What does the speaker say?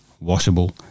washable